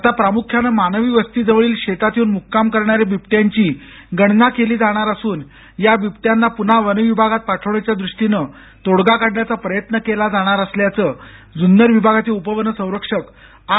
आता प्रामुख्यानं मानवी वस्तीजवळील शेतात येऊन मुक्काम करणाऱ्या बिबट्यांची गणना केली जाणार असून या बिबट्याना पुन्हा वन विभागात पाठवण्याच्या दृष्टीनं तोडगा काढण्याचा प्रयत्न केला जाणार असल्याचं जून्नर विभागाचे उपवन संरक्षक आर